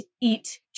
eat